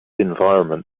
environment